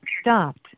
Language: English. stopped